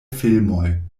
filmoj